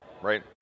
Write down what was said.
right